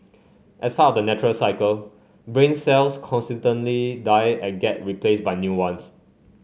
as part of the natural cycle brain cells constantly die at get replaced by new ones